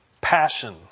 passion